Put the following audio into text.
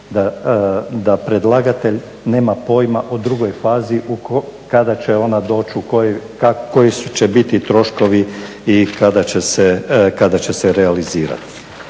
da predlagatelj nema pojma o drugoj fazi kada će ona doći, koji će biti troškovi i kada će se realizirati.